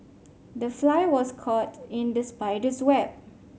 the fly was caught in the spider's web